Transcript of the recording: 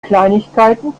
kleinigkeiten